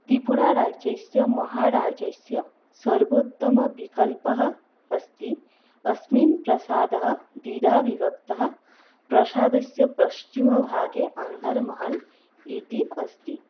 त्रिपुराराज्यस्य महाराजस्य सर्वोत्तमविकल्पः अस्ति अस्मिन् प्रसादः द्विधाविभक्तः प्रासादस्य पश्चिमभागे अन्दर्महल् इति अस्ति